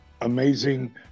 amazing